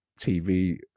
tv